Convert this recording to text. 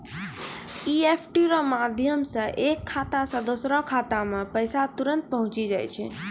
EFT रो माध्यम से एक खाता से दोसरो खातामे पैसा तुरंत पहुंचि जाय छै